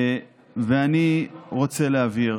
ואני רוצה להבהיר.